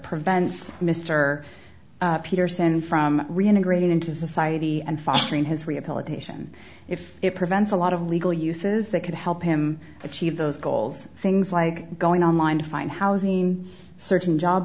prevents mr peterson from reintegrating into society and following his rehabilitation if it prevents a lot of legal uses that could help him achieve those goals things like going online to find housing certain job